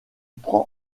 prend